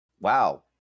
Wow